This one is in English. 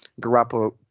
Garoppolo